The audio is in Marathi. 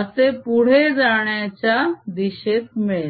असे पुढे जाण्याच्या दिशेत मिळेल